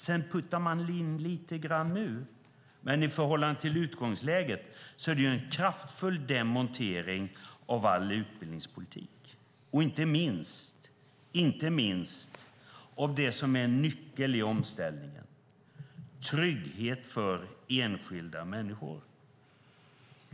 Man puttar in lite grann nu, men i förhållande till utgångsläget är det en kraftfull demontering av all utbildningspolitik, och inte minst av det som är nyckeln i omställningen, nämligen trygghet för enskilda människor.